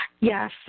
Yes